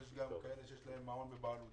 יש גם כאלה שיש להם מעון בבעלותם,